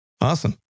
Awesome